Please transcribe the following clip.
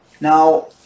Now